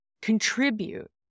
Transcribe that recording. contribute